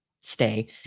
stay